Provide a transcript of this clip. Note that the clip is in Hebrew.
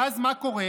ואז מה קורה?